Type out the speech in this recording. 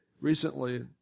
recently